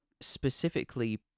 specifically